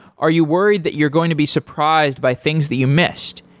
are you worried that you're going to be surprised by things that you missed,